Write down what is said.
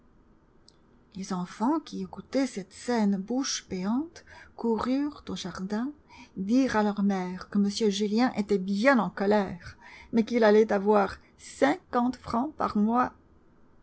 les enfants qui écoutaient cette scène bouche béante coururent au jardin dire à leur mère que m julien était bien en colère mais qu'il allait avoir cinquante francs par mois